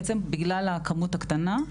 בגלל הכמות הקטנה,